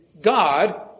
God